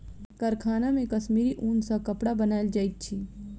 कारखाना मे कश्मीरी ऊन सॅ कपड़ा बनायल जाइत अछि